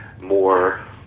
more